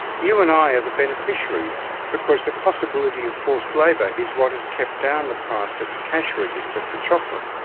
you and i are the beneficiaries, because the possibility of forced labour is what has kept down the price at the cash register for chocolate,